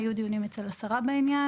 היו דיונים אצל השרה בעניין,